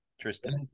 Tristan